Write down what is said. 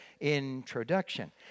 introduction